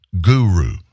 guru